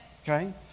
Okay